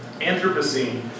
Anthropocene